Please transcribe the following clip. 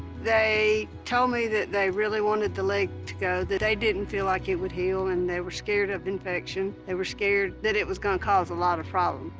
they told me that they really wanted the leg to go, that they didn't feel like it would heal and they were scared of infection. they were scared that it was gonna cause a lot of problem.